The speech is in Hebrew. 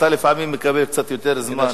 אתה לפעמים מקבל קצת יותר זמן.